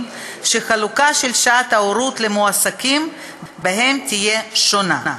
שהחלוקה של שעת ההורות למועסקים בהם תהיה שונה.